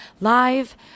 live